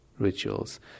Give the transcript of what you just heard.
Rituals